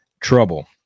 trouble